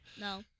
no